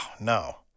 no